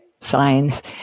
signs